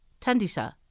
Tandisa